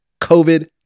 COVID